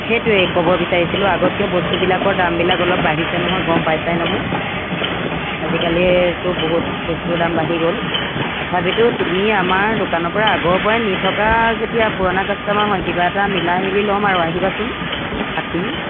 সেইটোৱে ক'ব বিচাৰিছিলো আগতকৈ বস্তুবিলাকৰ দামবিলাক অলপ বাঢ়িছে নহয় গম পাইছাই নহয় আজিকালিতো বহুত বস্তুৰ দাম বাঢ়ি গ'ল তথাপিতো তুমি আমাৰ দোকানৰ পৰা আগৰ পৰাই নি থকা যেতিয়া পুৰণা কাষ্টমাৰ হয় কিবা এটা মিলাই মেলি ল'ম আৰু আহিবাচোন পাতিম